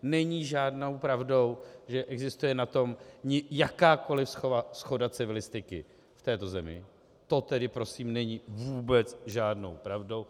Není žádnou pravdou, že existuje na tom jakákoli shoda civilistiky v této zemí, to tedy prosím není vůbec žádnou pravdou.